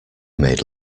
made